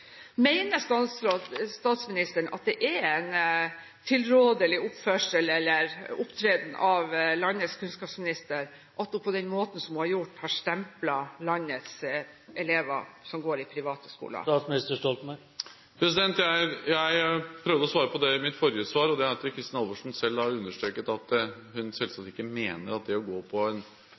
Mener statsministeren at det er en tilrådelig oppførsel eller opptreden av landets kunnskapsminister, at hun på den måten hun har gjort, har stemplet landets elever som går i private skoler? Jeg prøvde å svare på det i mitt forrige svar. Kristin Halvorsen har selv understreket at hun selvsagt ikke mener at det å gå på